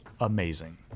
amazing